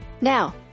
Now